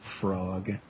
Frog